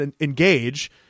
engage